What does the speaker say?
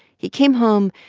he came home,